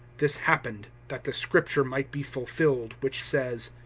this happened that the scripture might be fulfilled which says,